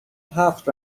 هفت